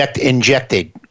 injected